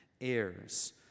heirs